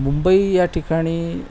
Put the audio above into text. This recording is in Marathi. मुंबई या ठिकाणी